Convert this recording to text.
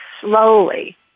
slowly